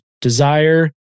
desire